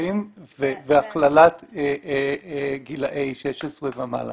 הניתוחים והכללת גילאי 16 ומעלה?